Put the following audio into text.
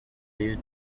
you